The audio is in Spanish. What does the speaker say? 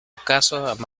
caso